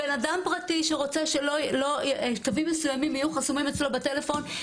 בן אדם פרטי שרוצה שקווים מסוימים יהיו חסומים אצלו בטלפון,